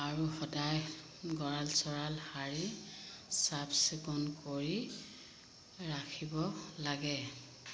আৰু সদায় গঁৰাল চৰাল শাৰী চাফ চিকুণ কৰি ৰাখিব লাগে